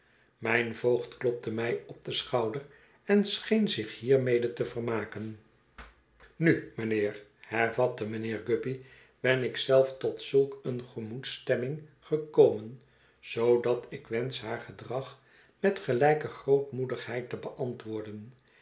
mijn voogd klopte mij op den schouder en scheen zich hiermede te vermaken nu mijnheer hervatte mijnheer guppy ben ik zelf tot zulk eene gemoedsstemming gekomen zoodat ik wensch haar gedrag met gelijke grootmoedigheid te beantwoorden